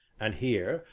and here,